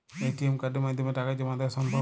ATM কার্ডের মাধ্যমে টাকা জমা দেওয়া সম্ভব?